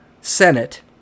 Senate